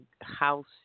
house